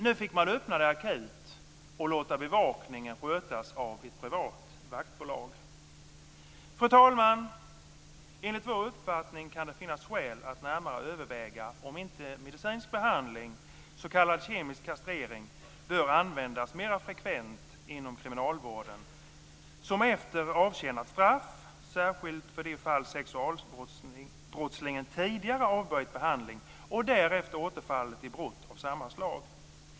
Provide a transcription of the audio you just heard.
Nu fick man akut öppna det och låta bevakningen skötas av ett privat vaktbolag. Fru talman! Enligt vår uppfattning kan det finnas skäl att närmare överväga om inte medicinsk behandling, s.k. kemisk kastrering, bör användas mer frekvent såväl inom kriminalvården som efter avtjänat straff, särskilt för de fall sexualbrottslingen tidigare avböjt behandling och därefter återfallit i brott av samma slag.